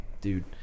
dude